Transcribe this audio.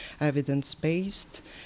evidence-based